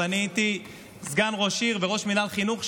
ואני הייתי סגן ראש עיר וראש מינהל חינוך,